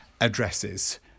addresses